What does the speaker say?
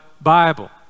Bible